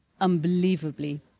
unbelievably